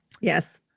Yes